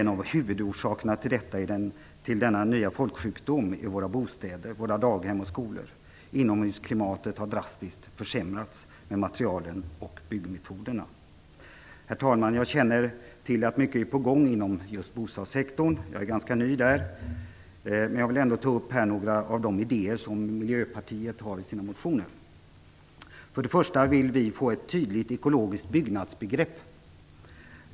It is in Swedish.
En av huvudorsakerna till denna nya folksjukdom är våra bostäder, daghem och skolor. Inomhusklimatet har drastiskt försämrats med materialen och byggmetoderna. Herr talman! Jag känner till att mycket är på gång inom just bostadssektorn. Jag är ganska ny där. Jag vill ändå ta upp några av de idéer som Miljöpartiet har i sina motioner. Vi vill få ett tydligt ekologiskt byggnadsbegrepp.